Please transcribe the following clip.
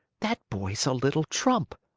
that boy's a little trump!